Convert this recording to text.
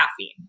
caffeine